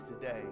today